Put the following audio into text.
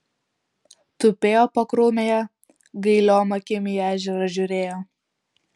tupėjo pakrūmėje gailiom akim į ežerą žiūrėjo